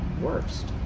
worst